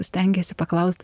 stengėsi paklaust